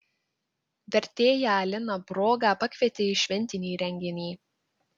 vertėją liną brogą pakvietė į šventinį renginį